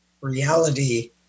reality